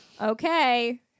okay